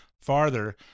farther